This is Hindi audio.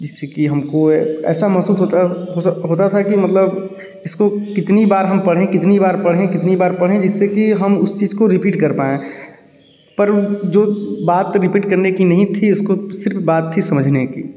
जिससे कि हमको ऐसा महसूस होता होता था कि मतलब इसको कितनी बार हम पढ़े कितनी बार पढ़े कितनी बार पढ़े जिससे कि हम उस चीज को रिपीट कर पाएँ पर जो बात रिपीट करने की नहीं थी इसको सिर्फ बात थी समझने की